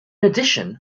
addition